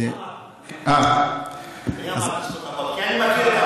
כי אני מכיר,